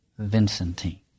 Vincentine